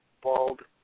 bald